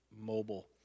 Mobile